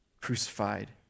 crucified